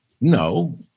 No